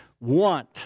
want